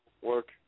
work